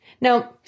Now